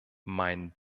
mein